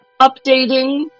updating